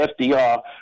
FDR